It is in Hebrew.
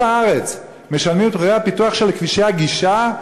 הארץ משלמים את מחירי הפיתוח של כבישי הגישה?